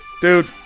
dude